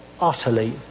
utterly